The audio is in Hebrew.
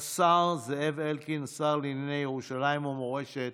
השר זאב אלקין, השר לענייני ירושלים ומורשת,